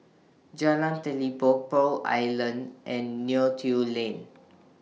Jalan Telipok Pearl Island and Neo Tiew Lane